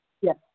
Yes